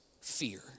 fear